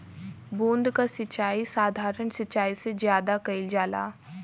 बूंद क सिचाई साधारण सिचाई से ज्यादा कईल जाला